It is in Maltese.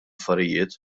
affarijiet